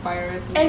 and